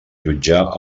jutjar